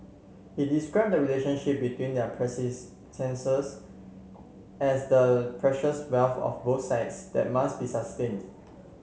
he described the relationship between their as the precious wealth of both sides that must be sustained